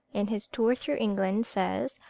in his tour through england, says,